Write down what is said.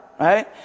right